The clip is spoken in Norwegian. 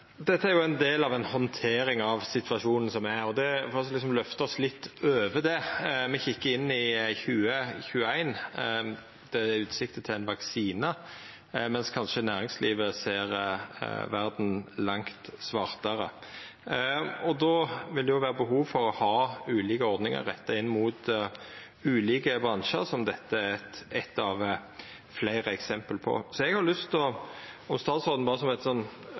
Dette er ein del av handteringa av situasjonen som er, og for å løfta oss litt over det og kikka inn i 2021: Det er utsikter til ein vaksine, men næringslivet ser kanskje verda langt svartare. Då vil det vera behov for å ha ulike ordningar retta inn mot ulike bransjar, som dette er eitt av fleire eksempel på. Eg har lyst til å be statsråden – som